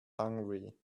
hungry